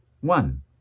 One